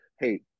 Hey